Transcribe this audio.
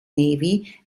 navy